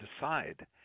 decide